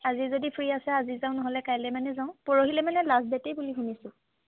আজি যদি ফ্ৰী আছা আজি যাওঁ নহলে কাইলৈ মানে যাওঁ পৰহিলৈ মানে লাষ্ট দেটে বুলি শুনিছো